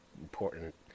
important